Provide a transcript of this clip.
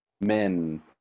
men